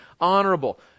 honorable